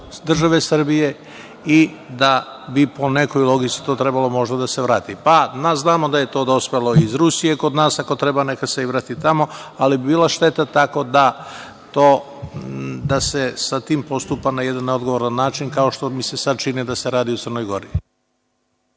države Srbije i da bi po nekoj logici to trebalo možda da se vrati. Znamo da je to dospelo iz Rusije kod nas. Ako treba, neka se vrati tamo, ali bi bila šteta da se sa tim postupa na jedan neodgovoran način, kao što mi se sad čini da se radi u Crnoj Gori.